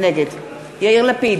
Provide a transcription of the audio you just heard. נגד יאיר לפיד,